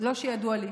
לא שידוע לי,